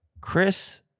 Chris